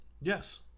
yes